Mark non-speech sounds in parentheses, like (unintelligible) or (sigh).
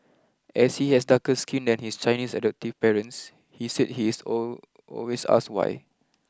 as he has darker skin than his Chinese adoptive parents he said he is (unintelligible) always asked why